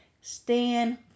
stand